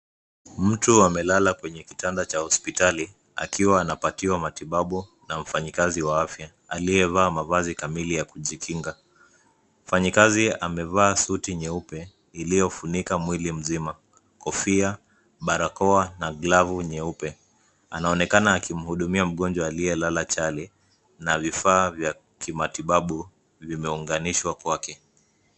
Mtu amelala kwenye kitanda cha hospitali akiwa anapatiwa matibabu na mfanyikazi wa afya aliyevaa mavazi kamili ya kujikinga .Mfanyikazi amevaa suti nyeupe iliyofunika mwili mzima, Kofia, barakoa na glavu nyeupe. Anaonekana akimhudumia mgonjwa aliyelala chali, na vifaa vya kimatibabu vimeunganishwa kwake.